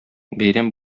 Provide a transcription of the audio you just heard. бәйрәм